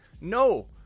No